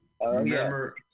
Remember